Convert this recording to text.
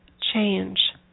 change